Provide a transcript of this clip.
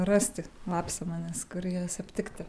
rasti lapsamanės kur jas aptikti